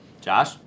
Josh